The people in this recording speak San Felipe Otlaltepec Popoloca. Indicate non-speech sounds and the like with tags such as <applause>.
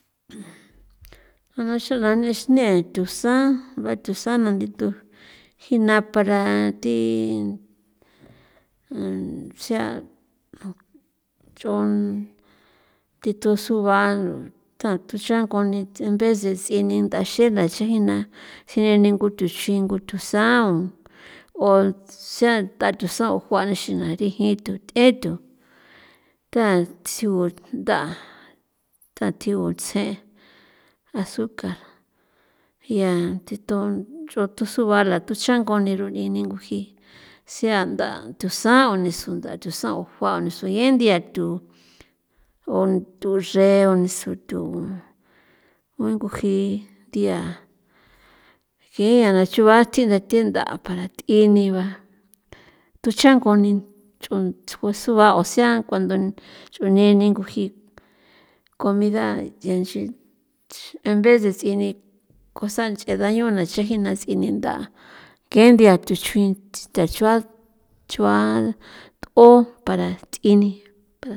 Ja na xana xine tusan bathusana ndithu jina para thi <hesitation> o sea nch'on thi thu sua ntha thucha nganien vez de si'i ni nda xena chajina ngu thachjuin xingo tusan o xanda o tusan juanixin nda rijin thu th'ethu tatsigu nda tathigu tsje azúcar yaa thi thun tusu bala thu changoni rune ni nguji sea nda thusan o nisonda thunsan o jua niso yen nthia thu o thuxreo niso tho ningu ji nthia yen aña chuba tjinda para th'i ni ba thuch'angoni nch'on ngusuba o sea cuando ch'u neni nguji comida ya nchi en vez de ts'ini cosa nche'e dañona chajina ts'i ninda ke nthia tuchjuin nthachua chua t'o para ts'ini.